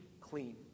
clean